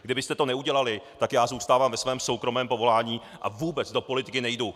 Kdybyste to neudělali, tak já zůstávám ve svém soukromém povolání a vůbec do politiky nejdu.